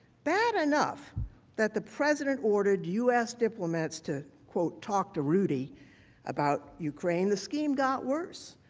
bad enough that the president ordered u s. diplomats to quote talk to rudy about ukraine. the scheme got worse.